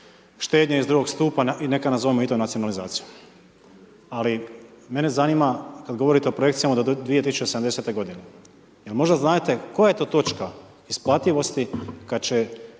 štednje iz drugog stupa i neka nazovemo i to nacionalizacijom. Ali mene zanima kad govorite o projekcijama do 2070 godine, jer možda znadete koja je to točka isplativosti kad će